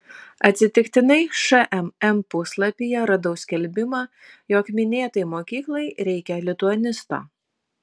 atsitiktinai šmm puslapyje radau skelbimą jog minėtai mokyklai reikia lituanisto